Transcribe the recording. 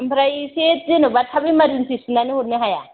आमफ्राय एसे जेन'बा थाब इमारजेनसि सुनानै हरनो हाया